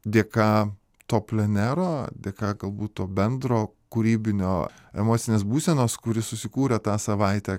dėka to plenero dėka galbūt to bendro kūrybinio emocinės būsenos kuri susikūrė tą savaitę